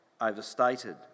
overstated